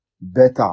better